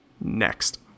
Next